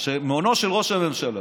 שמעונו של ראש הממשלה,